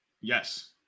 Yes